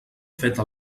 feta